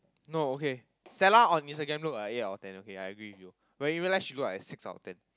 no okay Stella on instagram look like eight out of ten but in real life she look six out of ten